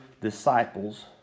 disciples